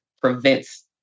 prevents